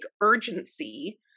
urgency